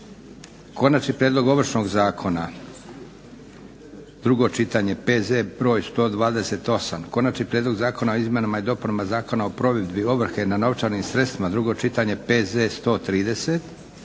Konačni prijedlog Ovršnog zakona, drugo čitanje, PZ br. 128; - Konačni prijedlog zakona o izmjenama i dopunama Zakona o provedbi ovrhe na novčanim sredstvima, drugo čitanje, PZ br.